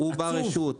הוא בר רשות.